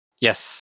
Yes